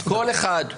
כל אחד יכול